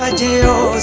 ah do